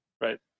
Right